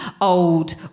old